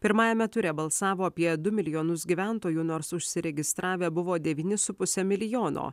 pirmajame ture balsavo apie du milijonus gyventojų nors užsiregistravę buvo devyni su puse milijono